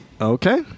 Okay